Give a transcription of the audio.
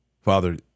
Father